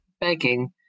begging